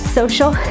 social